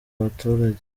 abaturage